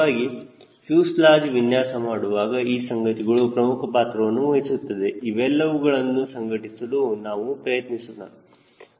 ನಿಜವಾಗಿ ಫ್ಯೂಸೆಲಾಜ್ ವಿನ್ಯಾಸ ಮಾಡುವಾಗ ಈ ಸಂಗತಿಗಳು ಪ್ರಮುಖ ಪಾತ್ರವನ್ನು ವಹಿಸುತ್ತದೆ ಅವೆಲ್ಲವುಗಳನ್ನು ಸಂಘಟಿಸಲು ನಾವು ಪ್ರಯತ್ನಿಸೋಣ